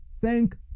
thank